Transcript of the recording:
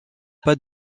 pas